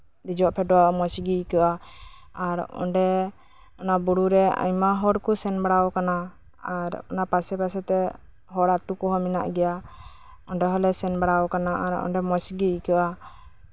ᱫᱮᱡᱚᱜ ᱯᱷᱮᱰᱚᱜ ᱢᱚᱸᱡᱜᱮ ᱟᱹᱭᱠᱟᱹᱜᱼᱟ ᱟᱨ ᱚᱱᱰᱮ ᱚᱱᱟ ᱵᱩᱨᱩᱨᱮ ᱟᱭᱢᱟ ᱦᱚᱲ ᱠᱚ ᱥᱮᱱ ᱵᱟᱲᱟᱣ ᱠᱟᱱᱟ ᱟᱨ ᱚᱱᱟ ᱯᱟᱥᱮ ᱯᱟᱥᱮᱛᱮ ᱦᱚᱲ ᱟᱹᱛᱩ ᱠᱚᱸᱦᱚ ᱢᱮᱱᱟᱜ ᱜᱮᱭᱟ ᱚᱱᱰᱮ ᱦᱚᱞᱮ ᱥᱮᱱ ᱵᱟᱲᱟᱣ ᱠᱟᱱᱟ ᱟᱨ ᱚᱱᱰᱮ ᱢᱚᱸᱡᱜᱮ ᱟᱹᱭᱠᱟᱹᱟ